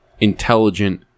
intelligent